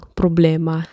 problema